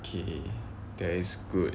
okay that is good